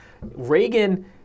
Reagan